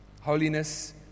Holiness